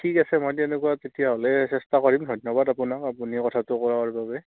ঠিক আছে মই তেনেকুৱা তেতিয়াহ'লে চেষ্টা কৰিম ধন্যবাদ আপোনাক আপুনি কথাটো কোৱাৰ বাবে